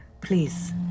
please